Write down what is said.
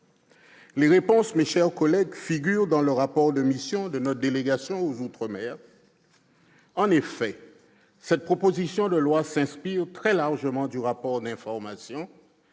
Les réponses, mes chers collègues, figurent dans le rapport de mission de notre délégation à l'outre-mer. En effet, cette proposition de loi s'inspire très largement du rapport d'information